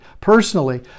personally